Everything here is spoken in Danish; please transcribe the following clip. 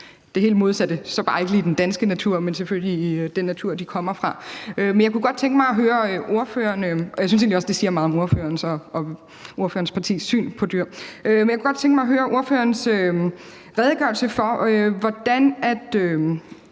at det ikke lige skal være i den danske natur, men selvfølgelig i den natur, de kommer fra. Og jeg synes egentlig også, det siger meget om ordførerens og ordførerens partis syn på dyr. Men jeg kunne godt tænke mig at høre ordførerens redegørelse for, hvordan